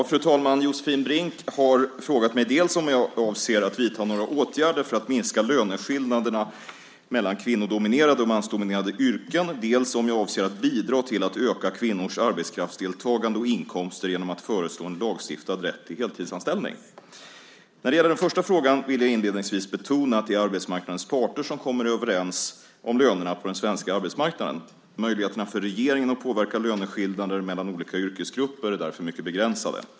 Fru talman! Josefin Brink har frågat mig dels om jag avser att vidta några åtgärder för att minska löneskillnaderna mellan kvinnodominerade och mansdominerade yrken, dels om jag avser att bidra till att öka kvinnors arbetskraftsdeltagande och inkomster genom att föreslå en lagstiftad rätt till heltidsanställning. När det gäller den första frågan vill jag inledningsvis betona att det är arbetsmarknadens parter som kommer överens om lönerna på den svenska arbetsmarknaden. Möjligheterna för regeringen att påverka löneskillnader mellan olika yrkesgrupper är därför mycket begränsade.